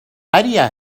idea